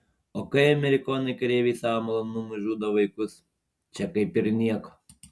o kai amerikonai kareiviai savo malonumui žudo vaikus čia kaip ir nieko